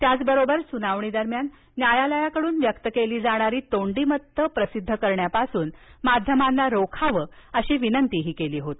त्याचबरोबर सुनावणीदरम्यान न्यायालयाकडून व्यक्त केली जाणारी तोंडी मतं प्रसिद्ध करण्यापासून माध्यमांना रोखण्याची विनंती केली होती